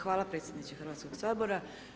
Hvala predsjedniče Hrvatskog sabora.